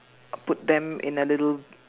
put them in a little